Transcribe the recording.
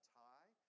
tie